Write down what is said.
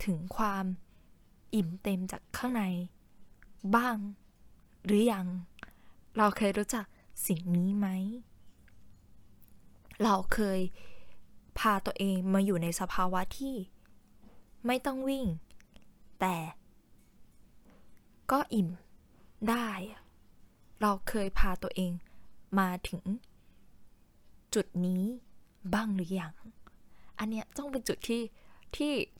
ถึงความอิ่มเต็มจากข้างในบ้างหรือยัง? เราเคยรู้จักสิ่งนี้ไหม? เราเคยพาตัวเองมาอยู่ในสภาวะที่ไม่ต้องวิ่งแต่ก็อิ่มได้อะ เราเคยพาตัวเองมาถึงจุดนี้บ้างหรือยัง? อันเนี้ยต้องเป็นจุดที่- ที่